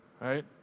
right